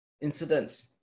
incidents